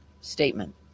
statement